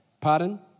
Pardon